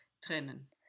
trennen